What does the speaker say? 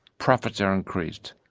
profits are increase,